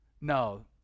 No